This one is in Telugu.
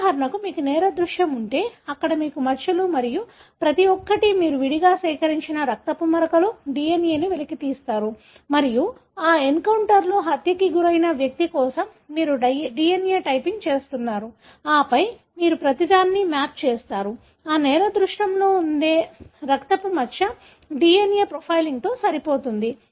ఉదాహరణకు మీకు నేర దృశ్యం ఉంటే అక్కడ మీకు మచ్చలు మరియు ప్రతి ఒక్కటి మీరు విడిగా సేకరించిన రక్తపు మచ్చలు DNA ను వెలికితీశారు మరియు ఆ ఎన్కౌంటర్లో హత్యకు గురైన వ్యక్తి కోసం మీరు DNA టైపింగ్ చేస్తున్నారు ఆపై మీరు ప్రతిదానిని మ్యాప్ చేస్తారు ఆ నేర దృశ్యంలో ఉండే రక్తపు మచ్చ DNA ప్రొఫైలింగ్తో సరిపోతుంది